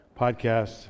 podcast